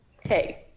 Hey